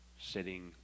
sitting